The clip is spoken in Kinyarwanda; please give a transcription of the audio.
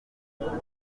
irindwi